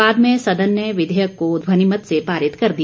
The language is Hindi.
बाद में सदन ने विधेयक को ध्वनिमत से पारित कर दिया